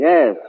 Yes